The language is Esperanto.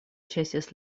ĉesis